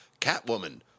Catwoman